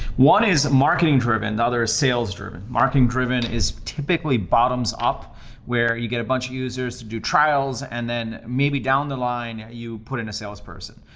one is marketing driven. the and other is sales driven. marketing driven is typically bottoms up where you get a bunch of users to do trials, and then maybe down the line you put in a salesperson.